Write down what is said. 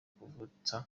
kuvutsa